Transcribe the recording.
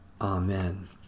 Amen